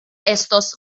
estos